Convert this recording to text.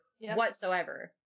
whatsoever